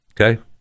Okay